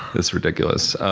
it's ridiculous.